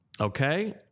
Okay